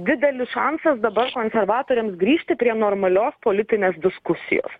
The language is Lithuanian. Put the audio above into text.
didelis šansas dabar konservatoriam grįžti prie normalios politinės diskusijos